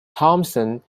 thomson